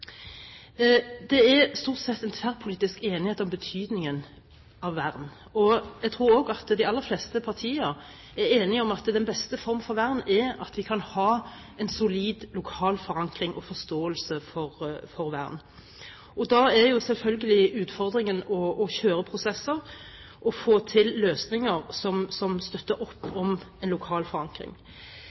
Det er stort sett tverrpolitisk enighet om betydningen av vern. Jeg tror også at de aller fleste partier er enige om at den beste formen for vern er å ha en solid lokal forankring og forståelse for vern. Da er selvfølgelig utfordringen å kjøre prosesser og få til løsninger som støtter opp om en lokal forankring.